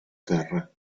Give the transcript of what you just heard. terra